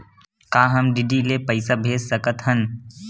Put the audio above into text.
का हम डी.डी ले पईसा भेज सकत हन?